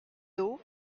d’eau